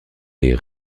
est